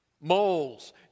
moles